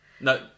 No